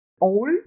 old